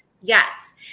Yes